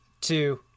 two